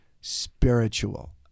spiritual